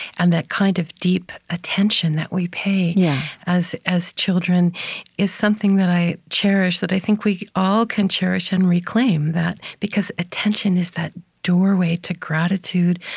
and that kind of deep attention that we pay yeah as as children is something that i cherish, that i think we all can cherish and reclaim, because attention is that doorway to gratitude,